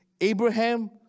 Abraham